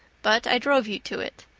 but i drove you to it.